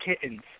kittens